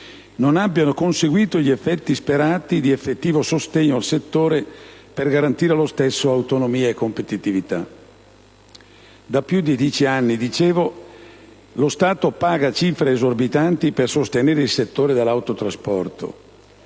non abbiano conseguito gli effetti sperati di effettivo sostegno al settore, per garantire allo stesso autonomia e competitività. Da più di dieci anni a questa parte, lo Stato paga cifre esorbitanti per sostenere il settore dell'autotrasporto.